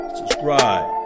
subscribe